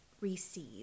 receive